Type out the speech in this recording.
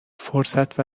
فرصت